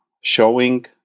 showing